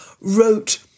wrote